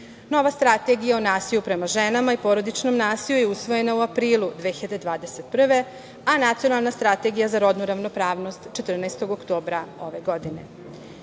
Nova Strategija o nasilju prema ženama i porodičnom nasilju je usvojena u aprilu 2021. godine, a Nacionalna strategija za rodnu ravnopravnost 14. oktobra ove